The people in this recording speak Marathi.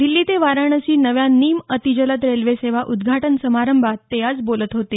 दिछी ते वाराणसी नव्या निम अतीजलद रेल्वे सेवा उद्घाटन समारंभात ते आज बोलत होते